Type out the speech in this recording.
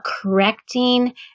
correcting